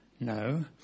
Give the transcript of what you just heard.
No